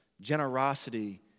generosity